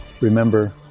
Remember